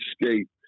escape